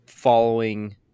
Following